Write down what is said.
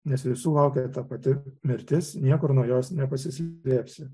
nes visų laukia ta pati mirtis niekur nuo jos nepasislėpsi